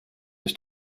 his